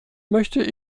möchte